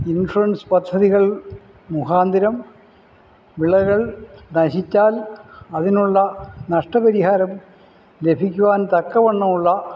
insurance പദ്ധതികൾ മുഖാന്തരം വിളകൾ നശിച്ചാൽ അതിനുള്ള നഷ്ടപരിഹാരം ലഭിക്കുവാൻ തക്കവണ്ണമുള്ള